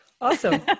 awesome